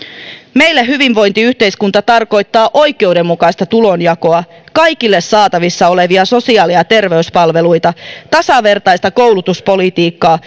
meille hyvinvointiyhteiskunta tarkoittaa oikeudenmukaista tulonjakoa kaikille saatavissa olevia sosiaali ja terveyspalveluita tasavertaista koulutuspolitiikkaa